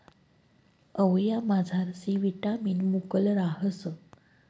आवयामझार C vitamin मुकलं रहास